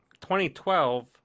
2012